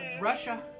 Russia